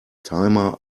timer